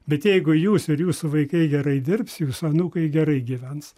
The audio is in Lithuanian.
bet jeigu jūs ir jūsų vaikai gerai dirbs jūsų anūkai gerai gyvens